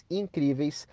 incríveis